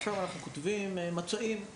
עכשיו אנחנו כותבים על מצעים,